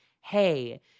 hey